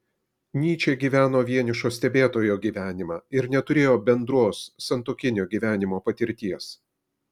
nyčė gyveno vienišo stebėtojo gyvenimą ir neturėjo bendros santuokinio gyvenimo patirties